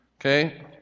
okay